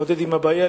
להתמודד עם הבעיה,